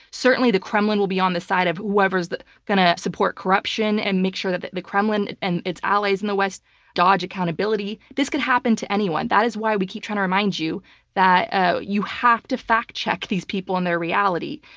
certainly, the kremlin will be on the side of whoever is going to support corruption and make sure that the the kremlin and its allies in the west dodge accountability. this could happen to anyone. that is why we keep trying to remind you that ah you have to fact check these people in their reality,